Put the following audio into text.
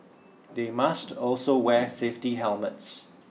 they must also wear safety helmets